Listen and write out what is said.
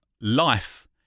life